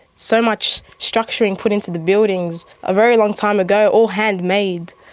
so much structuring put into the buildings, a very long time ago, all handmade,